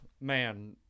man